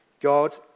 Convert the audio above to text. God